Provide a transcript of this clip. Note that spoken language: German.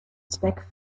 zweck